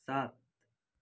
सात